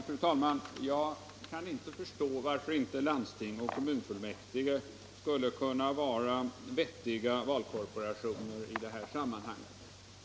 Fru talman! Jag kan inte förstå varför inte landsting och kommunfullmäktige skulle kunna vara vettiga valkorporationer i detta sammanhang.